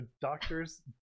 doctors